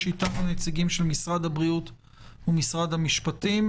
יש איתנו נציגים של משרד הבריאות ומשרד המשפטים.